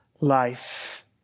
life